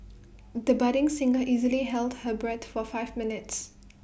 the budding singer easily held her breath for five minutes